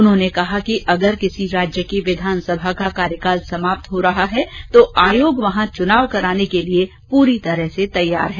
उन्होंने कहा कि अगर किसी राज्य की विधानसभा का कार्यकाल समाप्त हो रहा हो तो आयोग वहां चुनाव कराने के लिए पूरी तरह तैयार है